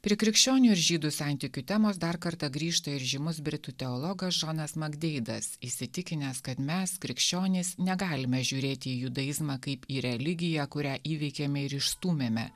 prie krikščionių ir žydų santykių temos dar kartą grįžta ir žymus britų teologas džonas magdeidas įsitikinęs kad mes krikščionys negalime žiūrėti į judaizmą kaip į religiją kurią įveikėme ir išstūmėme